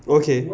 okay